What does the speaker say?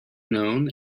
known